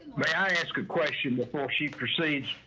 may i ask a question before she proceeds?